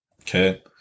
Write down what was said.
Okay